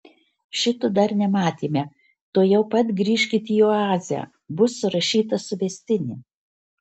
šito dar nematėme tuojau pat grįžkit į oazę bus surašyta suvestinė